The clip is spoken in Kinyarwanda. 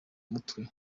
mutwe